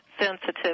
sensitive